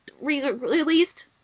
released